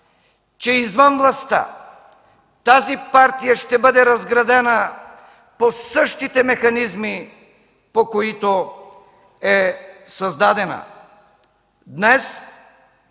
че извън властта тази партия ще бъде разградена по същите механизми, по които е създадена.